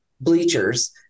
bleachers